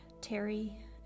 Terry